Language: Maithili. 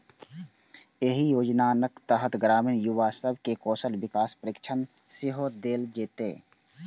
एहि योजनाक तहत ग्रामीण युवा सब कें कौशल विकास प्रशिक्षण सेहो देल जेतै